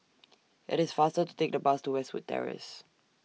IT IS faster to Take The Bus to Westwood Terrace